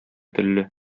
телле